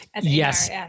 yes